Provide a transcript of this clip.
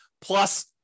Plus